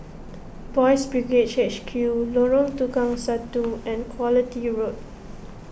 Boys' Brigade H Q Lorong Tukang Satu and Quality Road